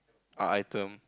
uh item